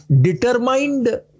determined